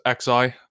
xi